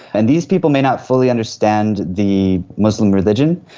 and these people may not fully understand the muslim religion,